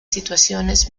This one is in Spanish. situaciones